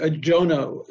Jonah